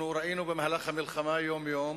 ראינו במהלך המלחמה יום-יום